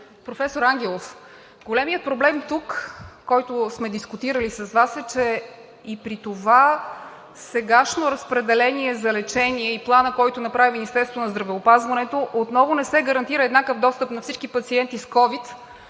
професор Ангелов, големият проблем тук, който сме дискутирали с Вас, е, че и при сегашното разпределение за лечение, и планът, който направи Министерството на здравеопазването, отново не се гарантира еднакъв достъп на всички пациенти с COVID-19